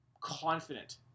confident